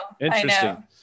Interesting